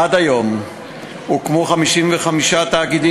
עד היום הוקמו 55 תאגידים,